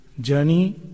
journey